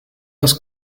das